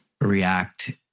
react